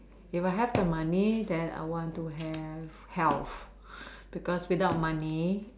if I have the money then I want to have health because without money